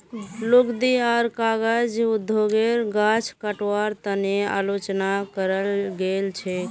लुगदी आर कागज उद्योगेर गाछ कटवार तने आलोचना कराल गेल छेक